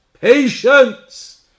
patience